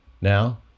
Now